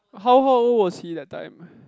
how how old was he that time